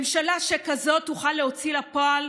ממשלה שכזאת תוכל להוציא אל הפועל